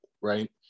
right